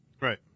Right